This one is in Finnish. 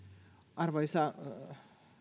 arvoisa